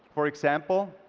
for example,